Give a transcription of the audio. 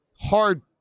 hard